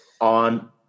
on